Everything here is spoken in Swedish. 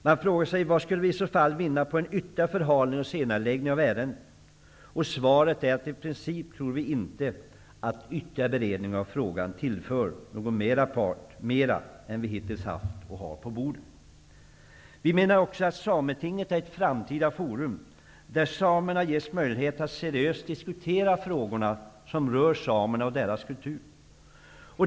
Man frågar sig: Vad skulle vi i så fall vinna på en ytterligare förhalning och senareläggning av ärendet? Svaret är att vi i princip inte tror att ytterligare beredning av frågan tillför någon part mer än vad vi hittills haft och har på bordet. Vi menar också att Sametinget är ett framtida forum, där samerna ges möjlighet att seriöst diskutera de frågor som rör samerna och deras kultur.